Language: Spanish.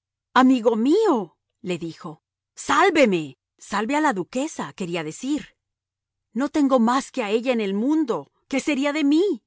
madera amigo mío le dijo sálveme salve a la duquesa quería decir no tengo más que a ella en el mundo qué sería de mí